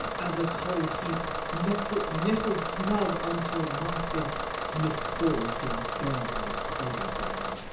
as a cole heap, nestled nestled snug unto a master smith's forge do i burn when cradled by him?